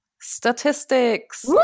statistics